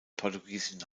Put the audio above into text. portugiesischen